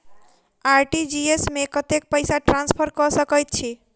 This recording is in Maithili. आर.टी.जी.एस मे कतेक पैसा ट्रान्सफर कऽ सकैत छी?